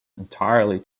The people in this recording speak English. entirely